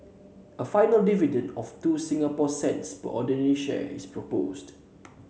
a final dividend of two Singapore cents per ordinary share is proposed